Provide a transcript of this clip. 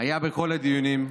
היה בכל הדיונים,